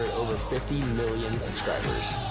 over fifty million subscribers.